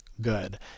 good